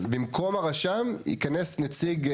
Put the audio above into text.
אז במקום הרשם ייכנס נציג,